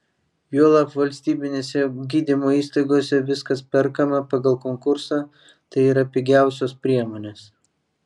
juolab valstybinėse gydymo įstaigose viskas perkama pagal konkursą tai yra pigiausios priemonės